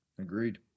agreed